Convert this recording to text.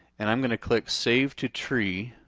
and i'm gonna click save to tree,